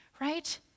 right